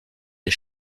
des